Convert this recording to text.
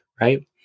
Right